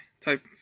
type